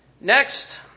Next